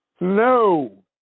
No